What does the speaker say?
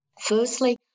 firstly